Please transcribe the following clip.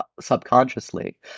subconsciously